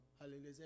Hallelujah